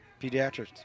pediatrics